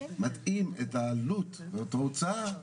מתאים את העלות ואת ההוצאה,